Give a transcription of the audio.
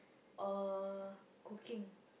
or cooking